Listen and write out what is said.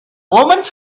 omens